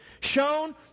shown